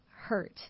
hurt